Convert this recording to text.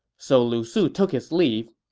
so lu su took his leave.